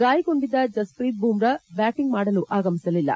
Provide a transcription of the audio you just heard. ಗಾಯಗೊಂಡಿದ್ದ ಜಸ್ವೀತ್ ಬುಮ್ರಾ ಬ್ಯಾಟಿಂಗ್ ಮಾಡಲು ಆಗಮಿಸಲಿಲ್ಲ